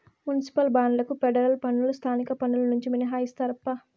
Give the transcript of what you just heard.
municipal బాండ్లకు federal పన్నులు స్థానిక పన్నులు నుండి మినహాయిస్తారప్పా